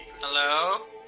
Hello